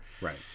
Right